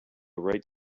right